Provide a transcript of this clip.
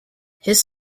his